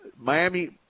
Miami